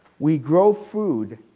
we grow food,